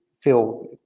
feel